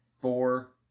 four